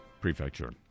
Prefecture